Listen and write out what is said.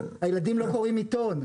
הילדים לא קוראים עיתון.